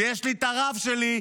ויש לי את הרב שלי,